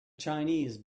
chinese